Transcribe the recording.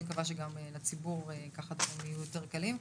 אני מקווה שגם לציבור, ככה הדברים יהיו יותר קלים.